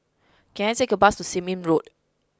can I take a bus to Seah Im Road